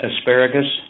asparagus